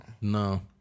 no